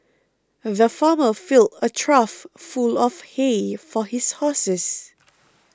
the farmer filled a trough full of hay for his horses